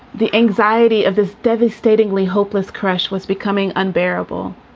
the anxiety of this devastatingly hopeless crush was becoming unbearable.